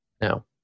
now